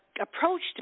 Approached